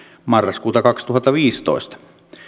marraskuuta kaksituhattaviisitoista